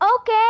okay